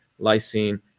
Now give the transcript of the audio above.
lysine